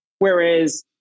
Whereas